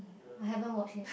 I haven't watch yet